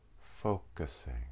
focusing